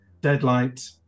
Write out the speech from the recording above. Deadlight